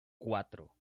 cuatro